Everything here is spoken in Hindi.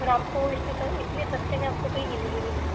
और आपको इससे इतने सस्ते में आपको कहीं मिलेगी भी नहीं